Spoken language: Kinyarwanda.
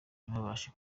ntibabashe